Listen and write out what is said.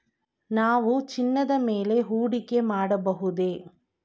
ನಾವು ಚಿನ್ನದ ಮೇಲೆ ಹೂಡಿಕೆ ಮಾಡಬಹುದೇ?